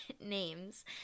names